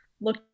look